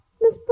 Miss